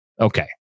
Okay